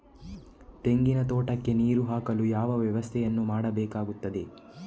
ತೆಂಗಿನ ತೋಟಕ್ಕೆ ನೀರು ಹಾಕಲು ಯಾವ ವ್ಯವಸ್ಥೆಯನ್ನು ಮಾಡಬೇಕಾಗ್ತದೆ?